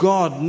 God